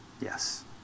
Yes